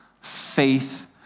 Faith